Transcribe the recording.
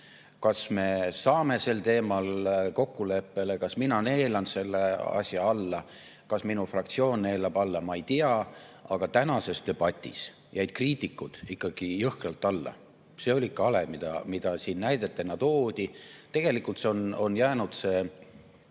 Kas me saame sel teemal kokkuleppele, kas mina neelan selle asja alla, kas minu fraktsioon neelab selle alla? Ma ei tea, aga tänases debatis jäid kriitikud ikkagi jõhkralt alla. See oli ikka hale, mida siin näidetena toodi. Tegelikult on jäänud nad